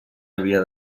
havia